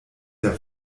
der